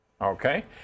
Okay